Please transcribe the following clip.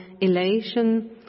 elation